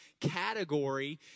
category